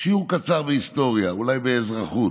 שיעור קצר בהיסטוריה, אולי באזרחות,